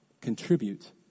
contribute